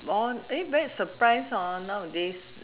orh then very surprised nowadays